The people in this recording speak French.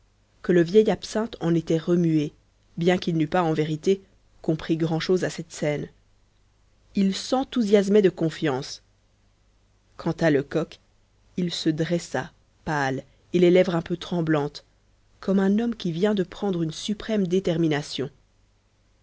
que le vieil absinthe en était remué bien qu'il n'eût pas en vérité compris grand chose à cette scène il s'enthousiasmait de confiance quant à lecoq il se dressa pâle et les lèvres un peu tremblantes comme un homme qui vient de prendre une suprême détermination